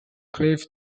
cliff